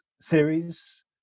series